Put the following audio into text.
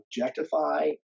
objectify